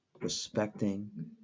respecting